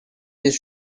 this